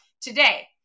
Today